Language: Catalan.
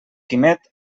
quimet